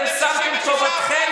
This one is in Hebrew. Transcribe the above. בזכות